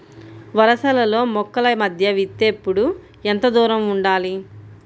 వరసలలో మొక్కల మధ్య విత్తేప్పుడు ఎంతదూరం ఉండాలి?